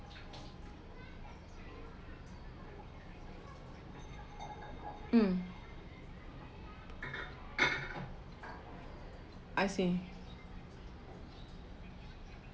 um I see